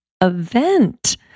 event